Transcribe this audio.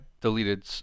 deleted